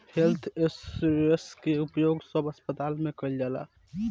health insurance के उपयोग सब अस्पताल में कईल जाता